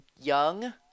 young